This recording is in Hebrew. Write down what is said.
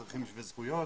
אזרחים שווי זכויות